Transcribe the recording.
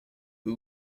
who